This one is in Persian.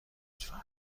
لطفا